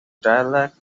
dialect